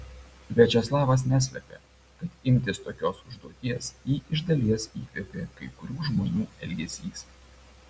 viačeslavas neslepia kad imtis tokios užduoties jį iš dalies įkvėpė kai kurių žmonių elgesys